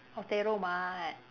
oh perromart